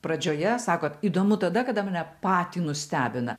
pradžioje sakot įdomu tada kada mane patį nustebina